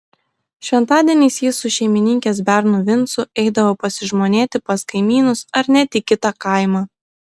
šventadieniais jis su šeimininkės bernu vincu eidavo pasižmonėti pas kaimynus ar net į kitą kaimą